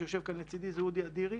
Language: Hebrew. אודי אדירי.